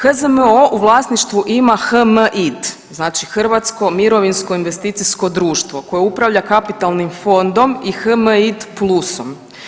HZMO u vlasništvu ima HMID znači Hrvatsko mirovinsko investicijsko društvo koje upravlja kapitalnim fondom i HMDI plusom.